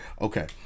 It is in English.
okay